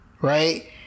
right